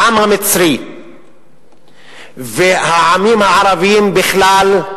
העם המצרי והעמים הערביים בכלל,